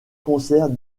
concerts